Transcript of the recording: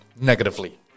negatively